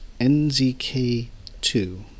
nzk2